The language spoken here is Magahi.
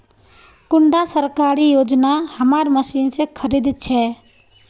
कुंडा सरकारी योजना हमार मशीन से खरीद छै?